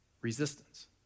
resistance